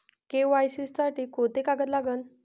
KYC साठी कोंते कागद लागन?